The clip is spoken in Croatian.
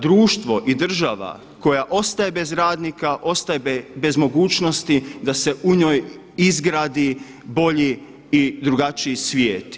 Društvo i država koja ostaje bez radnika, ostaje bez mogućnosti da se u njoj izgradi bolji i drugačiji svijet.